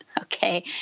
okay